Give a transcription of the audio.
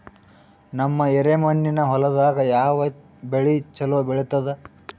ನಮ್ಮ ಎರೆಮಣ್ಣಿನ ಹೊಲದಾಗ ಯಾವ ಬೆಳಿ ಚಲೋ ಬೆಳಿತದ?